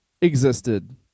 existed